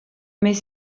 mais